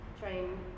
train